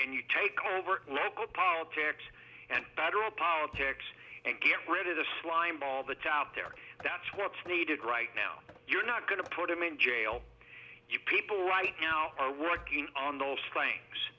and you take over local politics and battle politics and get rid of the slime ball the tout there that's what's needed right now you're not going to put him in jail you people right now are working on those